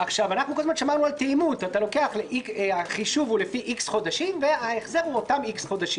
כל הזמן חשבנו שהחישוב הוא לפי X חודשים וההחזר הוא לפי אותם חודשים.